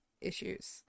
issues